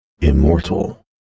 Immortal